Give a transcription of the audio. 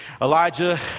Elijah